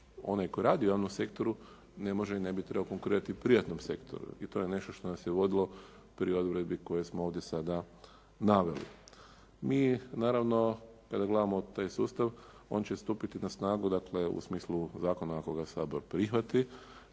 onaj tko radi u javnom sektoru ne može i ne bi trebao konkurirati u privatnom sektoru i to je nešto što nas je vodilo pri odredbi koje smo ovdje sada naveli. Mi naravno kada gledamo taj sustav on će stupiti na snagu u smislu ovog zakona ako ga Sabor prihvati,